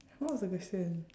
what was the question